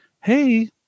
hey